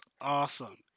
awesome